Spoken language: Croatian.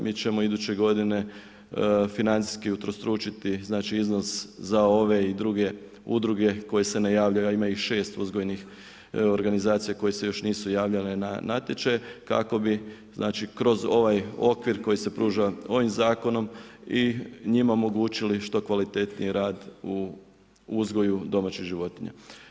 Mi ćemo iduće g. financijski utrostručiti, iznos za ove i dr. udruge koji se najavljuju, a ima ih 6 uzgojnih organizacija, koje se još nisu javljale na natječaj, kako bi kroz ovaj okvir, koji se pruža ovim zakonom i njima omogućili što kvalitetniji rad u uzgoju domaćih životinje.